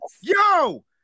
Yo